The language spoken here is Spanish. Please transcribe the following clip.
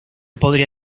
podría